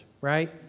right